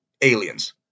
aliens